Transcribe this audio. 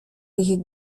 ich